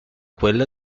quelle